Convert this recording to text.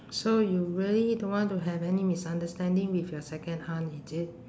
so you really don't want to have any misunderstanding with your second aunt is it